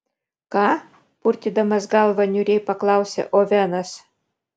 ką purtydamas galvą niūriai paklausė ovenas